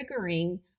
triggering